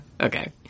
okay